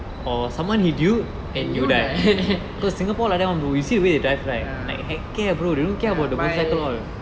and you die ya ya my